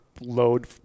load